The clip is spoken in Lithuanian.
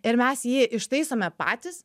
ir mes jį ištaisome patys